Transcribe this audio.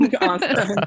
Awesome